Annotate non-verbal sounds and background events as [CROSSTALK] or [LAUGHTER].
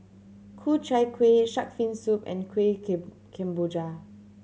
Ku Chai Kuih shark fin soup and kueh [UNINTELLIGIBLE] kemboja